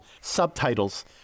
Subtitles